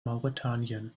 mauretanien